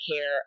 care